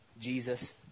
Jesus